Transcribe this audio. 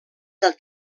del